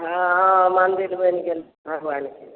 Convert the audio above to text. हँ हँ मन्दिल बनि गेल भगवानके